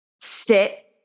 sit